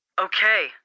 Okay